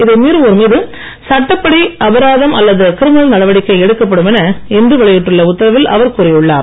இதை மீறுவோர் மீது சட்டப்படி அபராதம் அல்லது கிரிமினல் நடவடிக்கை எடுக்கப்படும் என இன்று வெளியிட்டுள்ள உத்தரவில் அவர் கூறியுள்ளார்